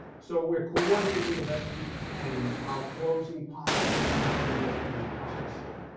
so we're coordinating the best we can our closing policy and our reopening policy.